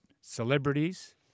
celebrities